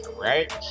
right